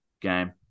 game